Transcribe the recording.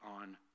on